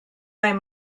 vingts